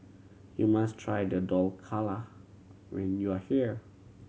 you must try the Dhokla when you are here